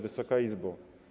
Wysoka Izbo!